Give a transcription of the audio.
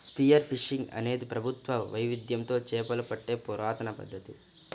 spear fishing అనేది ప్రత్యేక వైవిధ్యంతో చేపలు పట్టే పురాతన పద్ధతి